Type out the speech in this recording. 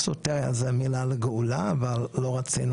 סוטריה זו מילה לגאולה אבל לא רצינו